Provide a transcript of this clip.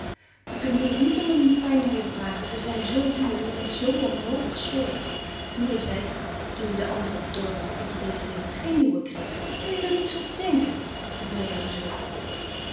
je kunt moeder niet om een paar nieuwen vragen zij zijn zoo duur en je bent zoo wanhopig slordig moeder zei toen je de andere bedorven hadt dat je dezen winter geen nieuwe kreeg kun je r niets op bedenken vroeg meta bezorgd